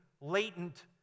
latent